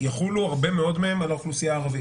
יחולו הרבה מאוד מהם על האוכלוסייה הערבית.